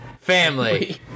family